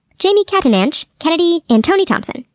jamie cattanach, kennedy, and tony thompson.